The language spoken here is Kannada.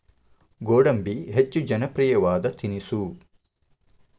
ಗೋಡಂಬಿ ಹೆಚ್ಚ ಜನಪ್ರಿಯವಾದ ತಿನಿಸು